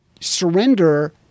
surrender